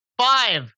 Five